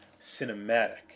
cinematic